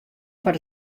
foar